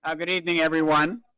ah good evening, everyone.